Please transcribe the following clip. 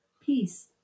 Peace